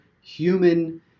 human